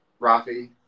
Rafi